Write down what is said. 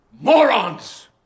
morons